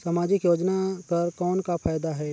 समाजिक योजना कर कौन का फायदा है?